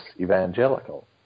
evangelical